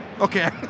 Okay